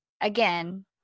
again